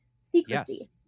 Secrecy